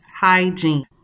hygiene